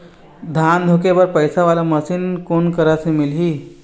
धान धुके बर पंखा वाला मशीन कोन करा से मिलही?